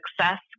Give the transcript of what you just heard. success